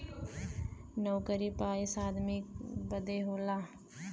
नउकरी पइसा आदमी बदे होला